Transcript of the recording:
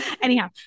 Anyhow